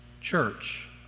Church